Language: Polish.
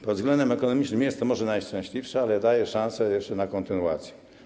Pod względem ekonomicznym nie jest to może najszczęśliwsze, ale daje szansę na kontynuację.